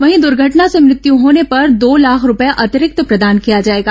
वहीं दुर्घटना से मृत्यु होने पर दो लाख रूपये अतिरिक्त प्रदान किया जाएगा